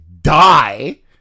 die